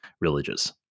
religious